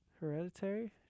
Hereditary